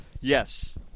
yes